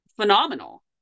phenomenal